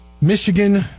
Michigan